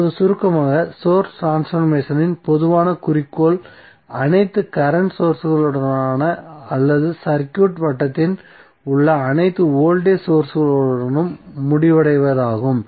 இப்போது சுருக்கமாக சோர்ஸ் ட்ரான்ஸ்பர்மேசனின் பொதுவான குறிக்கோள் அனைத்து கரண்ட் சோர்ஸ்களுடனோ அல்லது சர்க்யூட் வட்டத்தில் உள்ள அனைத்து வோல்டேஜ் சோர்ஸ்களுடனும் முடிவடைவதாகும்